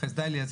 חסדאי אליעזר,